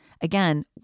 again